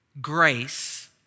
grace